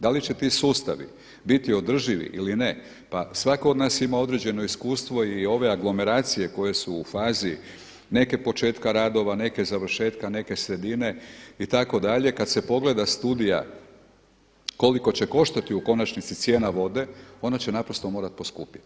Da li će ti sustavi biti održivi ili ne, pa svako od nas ima određeno iskustvo i ove aglomeracije koje su u fazi neke početka radova, neka završetka, neke sredine itd. kada se pogleda studija koliko će koštati u konačnici cijena vode ona će naprosto morati poskupiti.